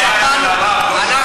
שם הבעיה של הרב, לא של הפקידים.